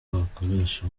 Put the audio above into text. wakoresha